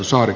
saari